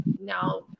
now